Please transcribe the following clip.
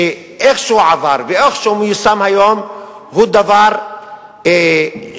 שאיכשהו עבר ואיכשהו מיושם היום, הוא דבר פסול,